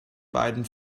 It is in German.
beiden